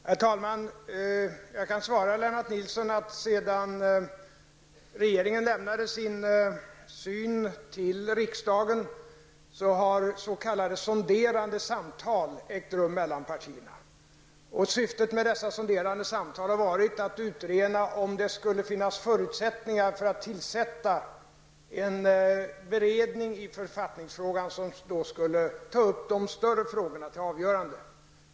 Herr talman! Jag kan säja följande som svar på Lennart Nilssons fråga. Sedan regeringen klargjort sin syn på dessa saker inför riksdagen har s.k. sonderande samtal ägt rum mellan partierna. Syftet med dessa sonderande samtal har varit att utröna om det kunde finnas förutsättningar för att tillsätta en beredning i författningsfrågan som kunde ta upp de större frågorna till avgörande.